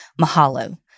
Mahalo